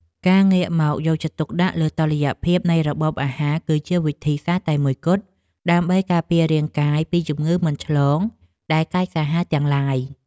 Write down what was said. ការងាកមកយកចិត្តទុកដាក់លើតុល្យភាពនៃរបបអាហារគឺជាវិធីសាស្ត្រតែមួយគត់ ដើម្បីការពាររាងកាយពីជំងឺមិនឆ្លងដែលកាចសាហាវទាំងឡាយ។